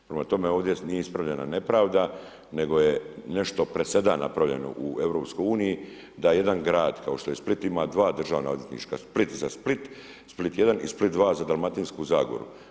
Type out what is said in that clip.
Prema tome, ovdje nije ispravljena nepravda nego je nešto presedan napravljen u Europskoj uniji da jedan grad kao što je Split ima dva državna odvjetništva, Split za Split, Split 1 i Split 2 za Dalmatinsku zagoru.